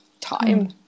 time